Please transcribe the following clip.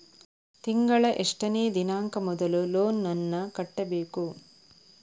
ತಿಂಗಳ ಎಷ್ಟನೇ ದಿನಾಂಕ ಮೊದಲು ಲೋನ್ ನನ್ನ ಕಟ್ಟಬೇಕು?